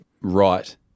right